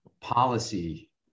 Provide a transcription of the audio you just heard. policy